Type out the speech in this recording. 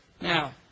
Now